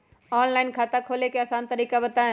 Online खाता खोले के आसान तरीका बताए?